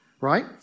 Right